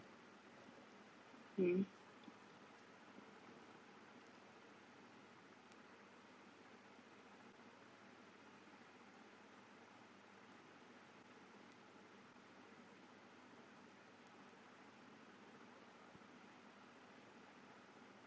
mmhmm